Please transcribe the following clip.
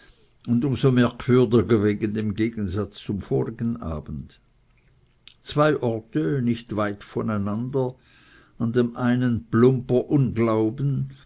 und um so merkwürdiger wegen dem gegensatz zum vorigen abend zwei orte nicht weit von einander an dem einen plumper unglauben